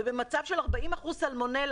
ולהביא ביצים מטורקיה, יותר